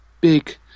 big